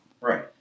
Right